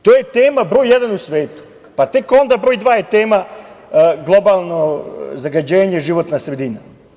To je tema broj jedan u svetu, pa tek onda broj dva je tema globalno zagađenje, životna sredina.